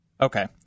Okay